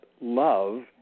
love